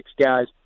guys